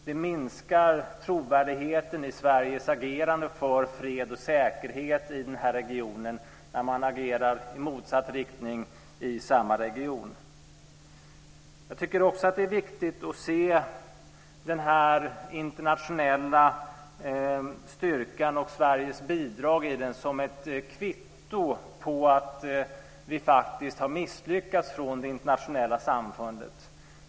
Det minskar trovärdigheten i Sveriges agerande för fred och säkerhet i den här regionen när man agerar i motsatt riktning i samma region. Jag tycker också att det är viktigt att se den internationella styrkan och Sveriges bidrag i den som ett kvitto på att vi faktiskt har misslyckats från det internationella samfundet.